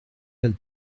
del